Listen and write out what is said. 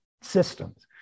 systems